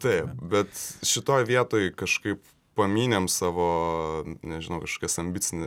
taip bet šitoj vietoj kažkaip pamynėm savo nežinau kažkokias ambicine